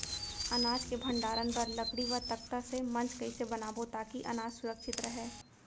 अनाज के भण्डारण बर लकड़ी व तख्ता से मंच कैसे बनाबो ताकि अनाज सुरक्षित रहे?